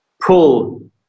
pull